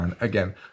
again